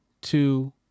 two